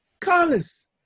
Carlos